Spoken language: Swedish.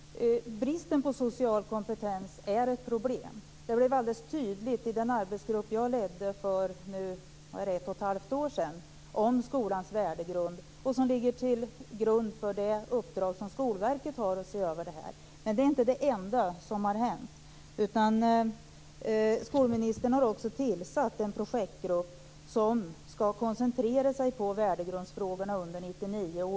Fru talman! Bristen på social kompetens är ett problem. Det blev alldeles tydligt i den arbetsgrupp som jag ledde för 1 1⁄2 år sedan om skolans värdegrund. Den ligger till grund för det uppdrag som Skolverket har att se över detta. Men det är inte det enda som har hänt. Skolministern har också tillsatt en projektgrupp som skall koncentrera sig på värdegrundsfrågorna under 1999.